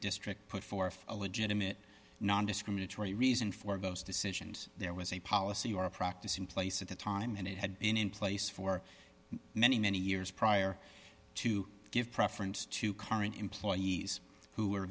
district put forth a legitimate nondiscriminatory reason for those decisions there was a policy or a practice in place at the time and it had been in place for many many years prior to give preference to current employees who were